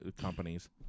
companies